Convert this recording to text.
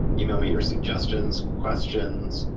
email me your suggestions, questions,